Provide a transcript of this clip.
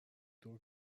دوگ